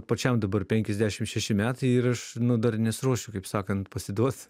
pačiam dabar penkiasdešim šeši metai ir aš nu dar nesiruošiu kaip sakant pasiduot